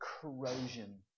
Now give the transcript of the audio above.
corrosion